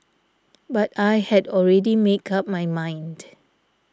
but I had already make up my mind